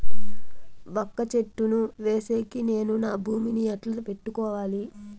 వక్క చెట్టును వేసేకి నేను నా భూమి ని ఎట్లా పెట్టుకోవాలి?